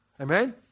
Amen